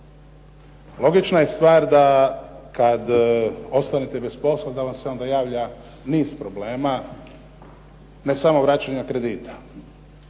Logična je stvar da kad ostanete bez posla da vam se onda javlja niz problema, ne samo vraćanja kredita.